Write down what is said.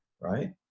right